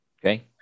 Okay